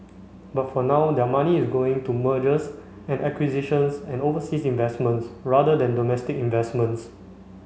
but for now their money is going to mergers and acquisitions and overseas investments rather than domestic investments